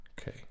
Okay